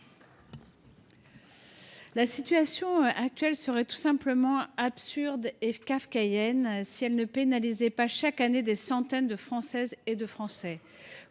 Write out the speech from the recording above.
La situation actuelle serait tout simplement kafkaïenne si cette absurdité ne pénalisait pas, chaque année, des centaines de Françaises et de Français.